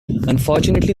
unfortunately